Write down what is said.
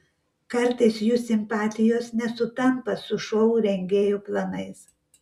kartais jų simpatijos nesutampa su šou rengėjų planais